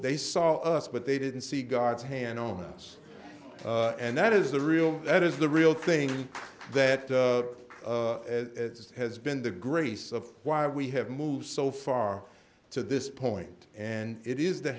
they saw us but they didn't see god's hand on us and that is the real that is the real thing that has been the grace of why we have moved so far to this point and it is the